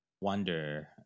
wonder